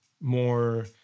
more